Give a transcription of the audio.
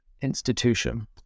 institution